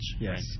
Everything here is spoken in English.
Yes